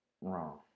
wrong